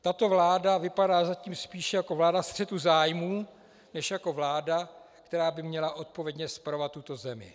Tato vláda vypadá zatím spíše jako vláda střetu zájmů než jako vláda, která by měla odpovědně spravovat tuto zemi.